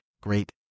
great